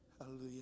Hallelujah